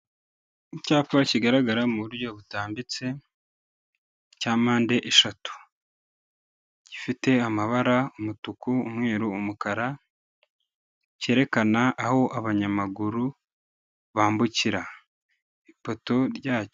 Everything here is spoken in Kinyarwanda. Icyapa kigaragara mu buryo butambitse cya mpande eshatu, gifite amabara umutuku, umweru, umukara cyerekana aho abanyamaguru bambukira ifoto ryacyo.